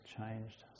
changed